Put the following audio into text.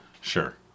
Sure